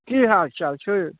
की हालचाल छै